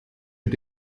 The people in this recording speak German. mit